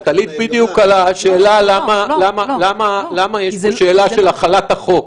עלית בדיוק על השאלה למה יש פה שאלה של החלת החוק,